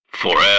FOREVER